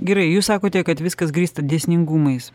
gerai jūs sakote kad viskas grįsta dėsningumais